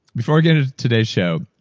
before we get into today's show,